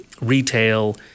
retail